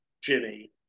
Jimmy